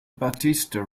battista